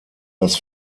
das